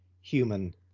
human